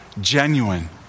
genuine